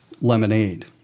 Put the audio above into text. Lemonade